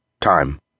Time